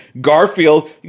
Garfield